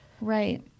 Right